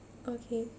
okay